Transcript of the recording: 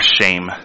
shame